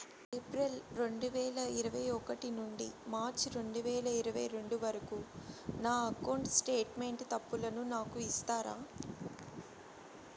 April రెండు వేల ఇరవై ఒకటి నుండి మార్చ్ రెండు వేల ఇరవై రెండు వరకు నా అకౌంట్ స్టేట్మెంట్ తప్పులను నాకు ఇస్తారా?